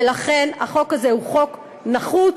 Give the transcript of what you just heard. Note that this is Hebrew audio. ולכן החוק הזה הוא חוק נחוץ,